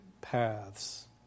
paths